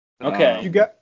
Okay